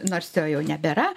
nors jo jau nebėra